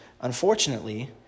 unfortunately